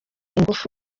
ingufu